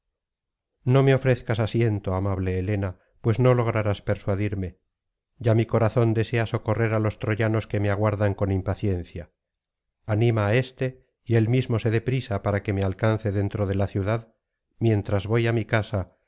no me ofrezcas asiento amable helena pues no lograrás persuadirme ya mi corazón desea socorrer á los troyanos que me aguardan con impaciencia anima á éste y él mismo se dé prisa para que me alcance dentro de la ciudad mientras voy á mi casa